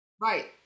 Right